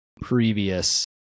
previous